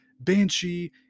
Banshee